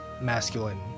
masculine